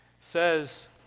says